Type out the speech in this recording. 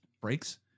breaks